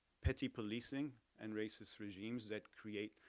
petty policing and racist regimes that create